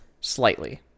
Slightly